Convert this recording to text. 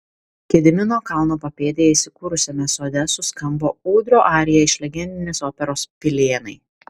gedimino kalno papėdėje įsikūrusiame sode suskambo ūdrio arija iš legendinės operos pilėnai